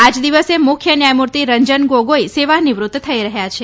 આ જ દિવસે મુખ્ય ન્યાયમૂર્તિ રંજન ગોગોઈ સેવા નિવૃત્ત થઈ રહ્યા છે